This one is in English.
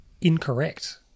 Incorrect